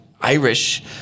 Irish